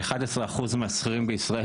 11% מהשכירים בישראל,